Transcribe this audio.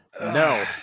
No